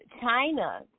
China